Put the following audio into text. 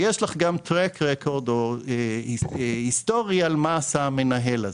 ויש לך גם מעקב היסטורי מה עשה המנהל הזה.